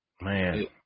Man